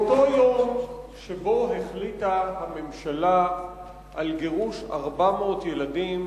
באותו יום שבו החליטה הממשלה על גירוש 400 ילדים